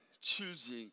choosing